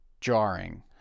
jarring